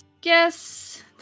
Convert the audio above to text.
guess